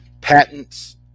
patents